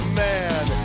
man